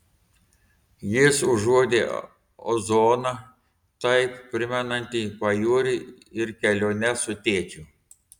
jis užuodė ozoną taip primenantį pajūrį ir keliones su tėčiu